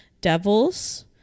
devils